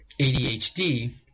ADHD